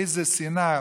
איזו שנאה,